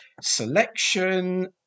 selection